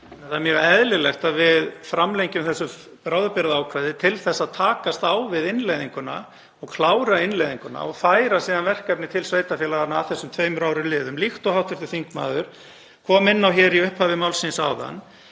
Það er mjög eðlilegt að við framlengjum þetta bráðabirgðaákvæði til að takast á við innleiðinguna og klára hana og færa síðan verkefni til sveitarfélaganna að þessum tveimur árum liðnum, líkt og hv. þingmaður kom inn á í upphafi máls síns áðan,